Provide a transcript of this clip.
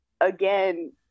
again